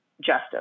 justice